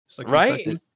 Right